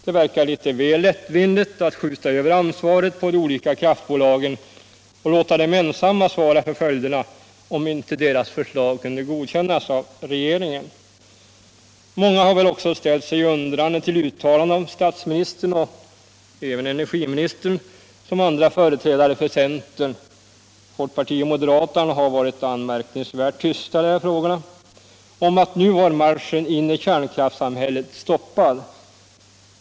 Det verkade litet väl lättvindigt att skjuta över ansvaret på de olika kraftbolagen och låta dem ensamma svara för följderna, om inte deras förslag 51 kunde godkännas av regeringen. Många har ställt sig undrande till uttalanden av statsministern och även av energiministern liksom av andra företrädare för centern — folkpartiet och moderaterna har varit märkvärdigt tysta i de här frågorna — om att nu var marschen in i kärnkraftssamhället stoppad.